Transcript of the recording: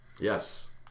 Yes